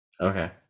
Okay